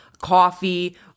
coffee